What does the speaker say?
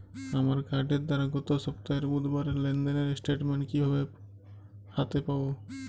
আমার কার্ডের দ্বারা গত সপ্তাহের বুধবারের লেনদেনের স্টেটমেন্ট কীভাবে হাতে পাব?